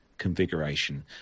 Configuration